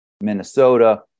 Minnesota